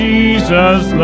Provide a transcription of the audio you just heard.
Jesus